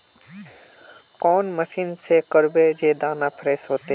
कौन मशीन से करबे जे दाना फ्रेस होते?